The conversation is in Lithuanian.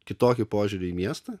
kitokį požiūrį į miestą